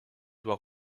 doit